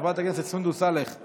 חברת הכנסת עאידה תומא סלימאן,